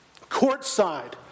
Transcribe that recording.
courtside